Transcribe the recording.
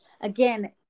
Again